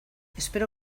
espero